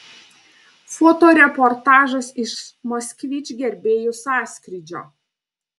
fotoreportažas iš moskvič gerbėjų sąskrydžio